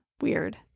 Weird